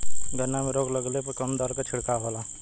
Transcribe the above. गन्ना में रोग लगले पर कवन दवा के छिड़काव होला?